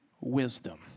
wisdom